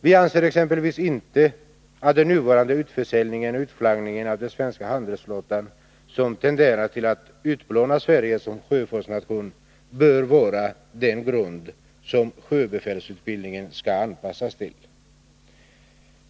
Vi anser exempelvis inte att den nuvarande utförsäljningen och utflaggningen av den svenska | handelsflottan, som tenderar att utplåna Sverige som sjöfartsnation, bör vara den grund som sjöbefälsutbildningen skall anpassas till.